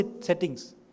settings